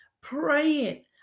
praying